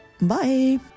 Bye